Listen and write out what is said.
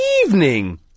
evening